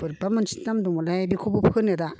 बोरैबा मोनसे नाम दंमोनहाय बेखौबो फोनो दा